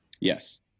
Yes